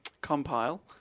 compile